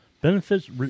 Benefits